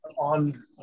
on